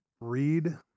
read